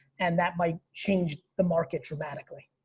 and that might change the market dramatically.